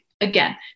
Again